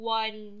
one